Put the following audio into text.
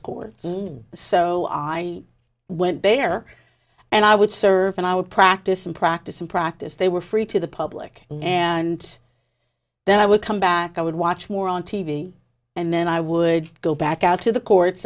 chords so i went there and i would serve and i would practice and practice and practice they were free to the public and then i would come back i would watch more on t v and then i would go back out to the courts